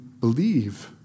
believe